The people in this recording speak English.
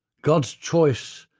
god's choice,